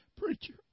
Preacher